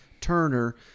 Turner